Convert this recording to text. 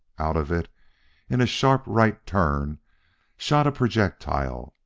out of it in a sharp right turn shot a projectile,